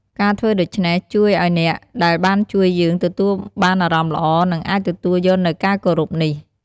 ការធ្វើដូច្នេះជួយឲ្យអ្នកដែលបានជួបយើងទទួលបានអារម្មណ៍ល្អ និងអាចទទួលយកនូវការគោរពនេះ។